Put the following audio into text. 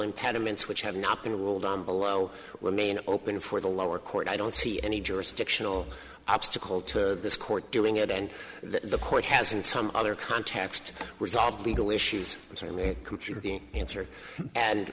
impediments which have not been ruled on below remain open for the lower court i don't see any jurisdictional obstacle to this court doing it and the court has in some other context resolved legal issues so i mean the answer and